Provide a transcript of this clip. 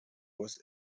was